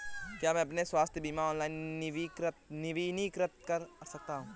क्या मैं अपना स्वास्थ्य बीमा ऑनलाइन नवीनीकृत कर सकता हूँ?